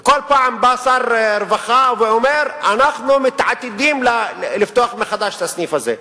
כל פעם בא שר רווחה ואומר: אנחנו מתעתדים לפתוח מחדש את הסניף הזה.